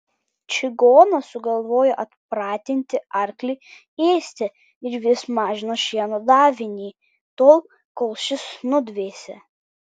čigonas sugalvojo atpratinti arklį ėsti ir vis mažino šieno davinį tol kol šis nudvėsė